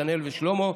נתנאל ושלמה,